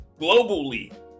globally